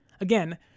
Again